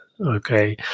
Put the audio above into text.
Okay